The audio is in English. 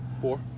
Four